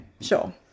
sure